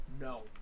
no